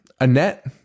Annette